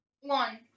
One